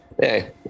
Hey